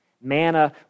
manna